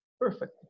perfect